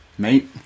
Mate